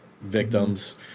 victims